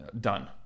done